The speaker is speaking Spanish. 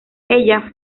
ella